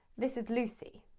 this is lucy.